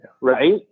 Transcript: Right